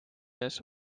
ees